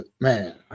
Man